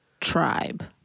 tribe